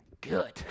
Good